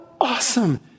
awesome